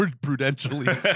prudentially